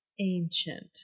ancient